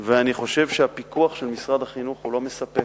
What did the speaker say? ואני חושב שהפיקוח של משרד החינוך הוא לא מספק.